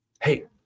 Hey